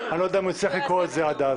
אני לא יודע אם הוא הצליח לקרוא את זה אז.